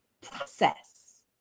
process